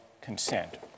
consent